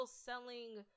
selling